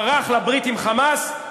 ברח לברית עם ה"חמאס"